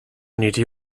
niri